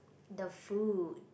the food